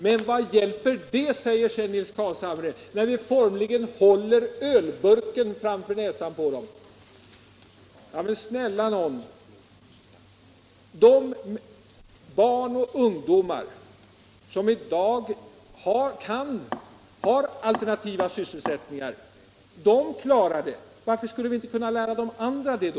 Men vad hjälper det, säger sedan Nils Carlshamre, när vi formligen håller ölburken framför nästan på dem? Men snälla herr Carlshamre, de barn och ungdomar som i dag har alternativa sysselsättningar, de klarar det — varför skulle vi inte kunna lära de andra det då?